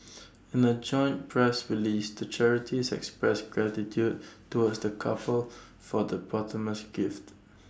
in A joint press release the charities expressed gratitude towards the couple for the posthumous gift